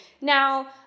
now